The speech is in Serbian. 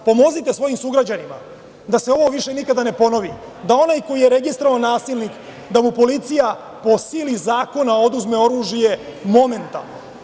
Pomozite svojim sugrađanima da se ovo više nikad ne ponovi, da onaj koji je registrovan kao nasilnik, da mu policija po sili zakona oduzme oružje momentalno.